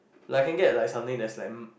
like I can get like something that's like m~